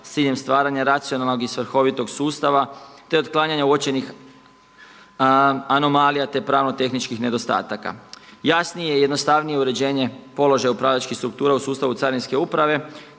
stvaranja racionalnog i svrhovitog sustava, te otklanjanja uočenih anomalija te pravno-tehničkih nedostataka. Jasnije i jednostavnije uređenje položaja upravljačkih struktura u sustavu carinske uprave,